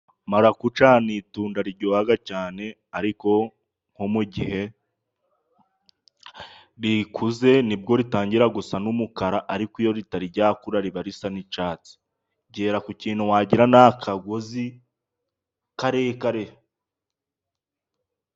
Marakuca ni itunda riryoha cyane, ariko nko mu gihe rikuze ni bwo ritangira gusa n'umukara ariko iyo ritari ryakura riba risa n'icyatsi. Ryera ku kintu wagira ni akagozi karekare.